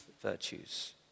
virtues